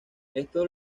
esto